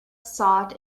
sought